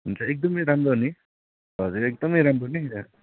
हुन्छ एकदमै राम्रो नि हजुर एकदमै राम्रो नि